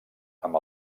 amb